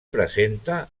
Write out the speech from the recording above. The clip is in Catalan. presenta